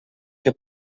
que